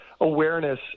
awareness